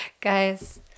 Guys